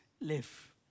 live